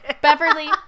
Beverly